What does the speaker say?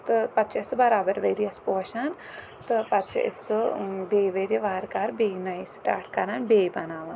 تہٕ پَتہٕ چھُ اَسہِ سُہ برابر ؤریَس پوشان تہٕ پَتہٕ چھُ أسۍ سُہ بییہِ ؤریہِ وارکار بییہِ نَیہِ سِٹاٹ کَران بییہِ بَناوان